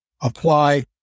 apply